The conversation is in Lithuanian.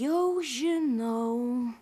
jau žinau